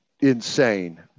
insane